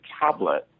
Tablet